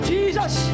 Jesus